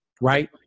right